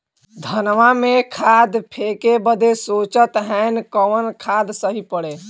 धनवा में खाद फेंके बदे सोचत हैन कवन खाद सही पड़े?